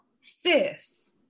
sis